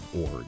org